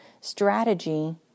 strategy